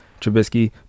Trubisky